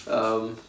um